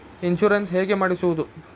Insurance ಹೇಗೆ ಮಾಡಿಸುವುದು?